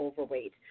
overweight